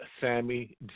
Sammy